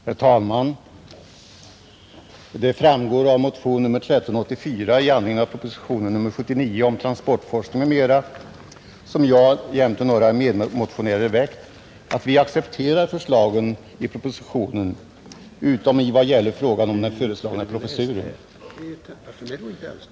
Herr talman! Av motionen 1384, som jag jämte några medmotionärer har väckt i anledning av propositionen 79 om transportforskning m.m., framgår att vi accepterar förslagen i propositionen utom i vad gäller frågan om den föreslagna professuren.